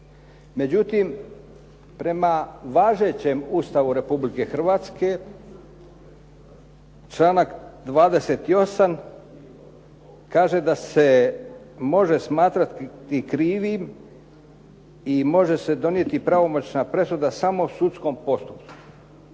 Međutim, prema važećem Ustavu Republike Hrvatske, članak 28. kaže da se može smatrati krivim i može se donijeti pravomoćna presuda samo sudskom postupku.